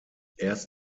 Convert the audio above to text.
erst